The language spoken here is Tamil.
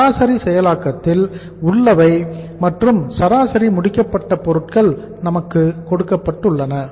சராசரி செயலாக்கத்தில் உள்ளவை மற்றும் சராசரி முடிக்கப்பட்ட பொருட்கள் நமக்கு கொடுக்கப்பட்டுள்ளன